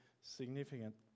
significant